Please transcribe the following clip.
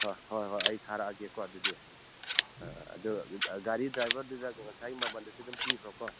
ꯍꯣꯏ ꯍꯣꯏ ꯍꯣꯏ ꯑꯩ ꯊꯥꯔꯛꯂꯒꯦꯀꯣ ꯑꯗꯨꯗꯤ ꯑꯗꯣ ꯒꯥꯔꯤ ꯗ꯭ꯔꯥꯏꯕꯔꯗꯨꯗꯀꯣ ꯉꯁꯥꯏꯒꯤ ꯃꯃꯜꯗꯨꯁꯨ ꯑꯗꯨꯝ ꯄꯤꯈ꯭ꯔꯣꯀꯣ